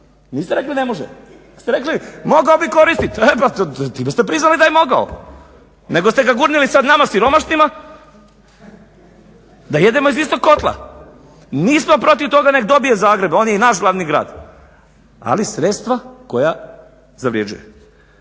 Niste rekli ne može, nego ste rekli mogao bi koristit, time ste priznali da je mogao, nego ste ga gurnuli sad nama siromašnima da jedemo iz istog kotla. Nismo protiv tog nek dobije Zagreb, on je i naš glavni grad, ali sredstva koja zavređuje,